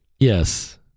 Yes